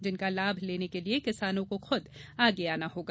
जिनका लाभ लेने के लिए किसानों को खुद आगे आना होगा